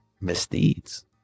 misdeeds